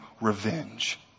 revenge